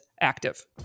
active